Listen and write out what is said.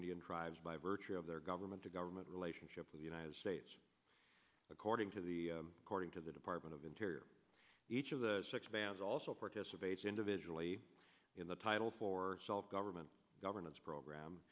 indian tribes by virtue of their government to government relationship to the united states according to the according to the department of interior each of the six bands also participates individually in the title for self government governance program